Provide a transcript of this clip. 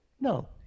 No